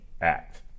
act